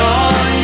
on